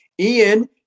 Ian